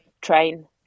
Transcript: train